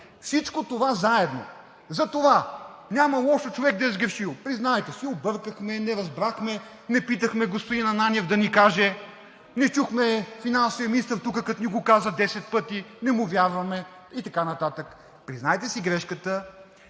Всичко това заедно, затова няма лошо човек да е сгрешил, признайте си: объркахме, не разбрахме, не питахме господин Ананиев да ни каже, не чухме финансовия министър тук, като ни го каза 10 пъти – не му вярваме и така нататък. Признайте си грешката,